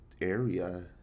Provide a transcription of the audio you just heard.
area